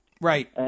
right